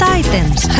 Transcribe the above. items